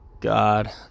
God